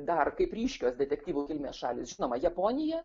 dar kaip ryškios detektyvų kilmės šalys žinoma japonija